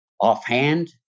offhand